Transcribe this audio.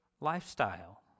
lifestyle